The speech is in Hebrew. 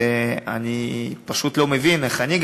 ואני פשוט לא מבין איך אני,